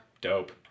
Dope